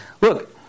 Look